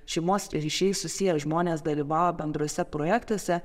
šeimos ryšiais susiję žmonės dalyvauja bendruose projektuose